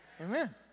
Amen